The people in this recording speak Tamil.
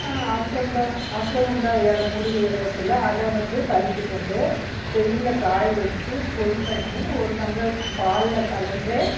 அஸ்வந்தா அஸ்வகந்தா இல மூலிகை இல இருக்குல்ல அதை வந்து பறித்துட்டு வந்து வெய்யிலில் காயவச்சு பொடி பண்ணி ஒரு டம்ளர் பாலில் கலந்து